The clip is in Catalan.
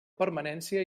permanència